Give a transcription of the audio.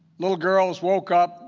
little girls woke up,